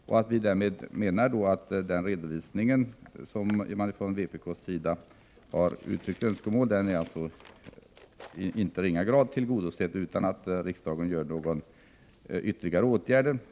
Vi menar därmed att den redovisning som vpk uttryckt önskemål om därmed är i inte ringa grad tillgodosedd utan att riksdagen vidtar någon ytterligare åtgärd.